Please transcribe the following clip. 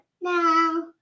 No